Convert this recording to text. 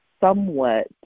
somewhat